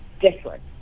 different